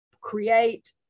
create